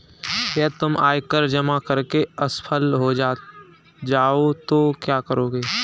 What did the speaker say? यदि तुम आयकर जमा करने में असफल हो जाओ तो क्या करोगे?